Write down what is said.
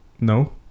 No